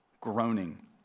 groaning